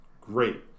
Great